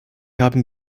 haben